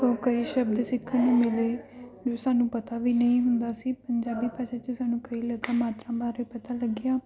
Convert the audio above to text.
ਤੋਂ ਕਈ ਸ਼ਬਦ ਸਿੱਖਣ ਨੂੰ ਮਿਲੇ ਸਾਨੂੰ ਪਤਾ ਵੀ ਨਹੀਂ ਹੁੰਦਾ ਸੀ ਪੰਜਾਬੀ ਭਾਸ਼ਾ 'ਚ ਸਾਨੂੰ ਕਈ ਲਗਾਂ ਮਾਤਰਾ ਬਾਰੇ ਪਤਾ ਲੱਗਿਆ